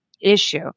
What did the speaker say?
issue